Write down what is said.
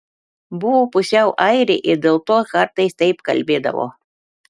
buvo pusiau airė ir dėl to kartais taip kalbėdavo